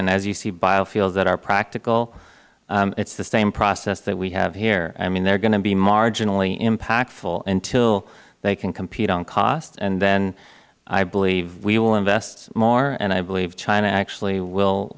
and as you see biofuels that are practical it is the same process that we have here i mean they are going to be marginally impactful until they can compete on cost and then i believe we will invest more and i believe china actually will